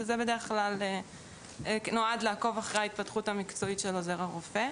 מה שבדרך כלל נועד לעקוב אחרי ההתפתחות המקצועית של עוזר הרופא.